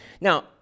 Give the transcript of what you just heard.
Now